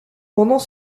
pendant